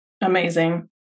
Amazing